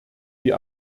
die